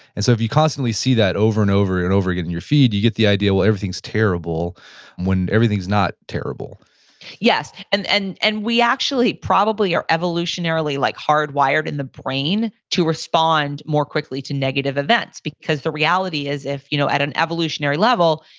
and so if you constantly see that over and over and over again in your feed, you get the idea, well, everything's terrible when everything's not terrible yes. and and and we actually probably are evolutionarily like hardwired in the brain to respond more quickly to negative events. because the reality is, if you know at an evolutionary level,